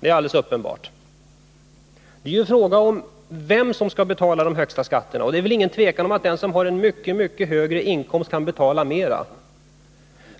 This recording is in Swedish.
Det är ju fråga om vem som skall betala de högsta skatterna, och det råder väl inget tvivel om att den som har en mycket högre inkomst kan betala mer.